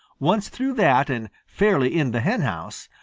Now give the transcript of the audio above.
once through that and fairly in the henhouse,